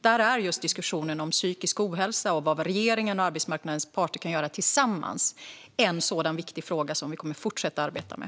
Där är diskussionen om psykisk ohälsa och vad regeringen och arbetsmarknadens parter kan göra tillsammans en sådan viktig fråga som vi kommer att fortsätta att arbeta med.